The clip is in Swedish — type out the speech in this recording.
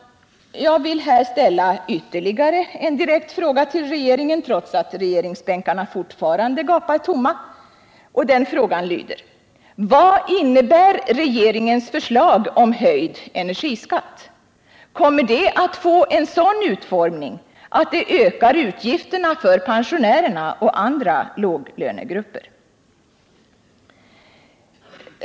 Jag vill här ställa ytterligare en direkt fråga till regeringen, trots att regeringsbänkarna fortfarande gapar tomma. Frågan lyder: Vad innebär regeringens förslag om höjd energiskatt? Kommer det att få en sådan utformning att det ökar utgifterna för pensionärer och andra låglönegrupper?